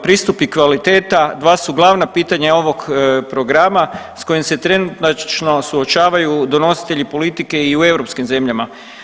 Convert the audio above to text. Pristup i kvaliteta dva su glavna pitanja ovog programa s kojim se trenutačno suočavaju donositelji politike i u europskim zemljama.